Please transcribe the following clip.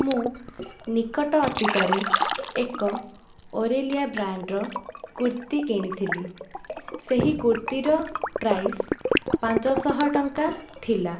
ମୁଁ ନିକଟ ଅତୀତରେ ଏକ ଓରାଲିୟା ବ୍ରାଣ୍ଡର କୁର୍ତ୍ତି କିଣିଥିଲି ସେହି କୁର୍ତ୍ତିର ପ୍ରାଇସ୍ ପାଞ୍ଚଶହ ଟଙ୍କା ଥିଲା